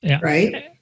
right